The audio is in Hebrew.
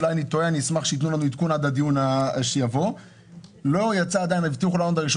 אולי אני טועה ואשחמ שייתנו לנו עדכון עד הדיון הבטיחו לנו ב-1